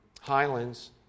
Highlands